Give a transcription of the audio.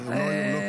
הוא לא שמע.